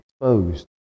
exposed